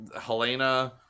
Helena